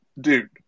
dude